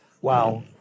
wow